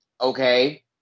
Okay